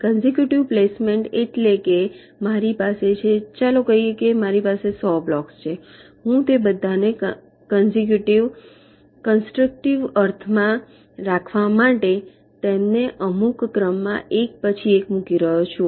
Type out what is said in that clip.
constructive placement એટલે કે મારી પાસે છે ચાલો કહીએ કે મારી પાસે 100 બ્લોક્સ છે હું તે બધાને કંસ્ટ્રક્ટિવ અર્થમાં રાખવામાટે તેમને અમુક ક્રમમાં એક પછી એક મૂકી રહ્યો છું